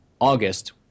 August